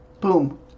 Boom